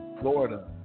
Florida